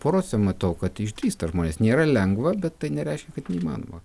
porose matau kad išdrįsta žmonės nėra lengva bet tai nereiškia kad neįmanoma